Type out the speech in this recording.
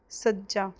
ਸੱਜਾ